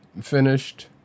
finished